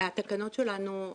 התקנות שלנו,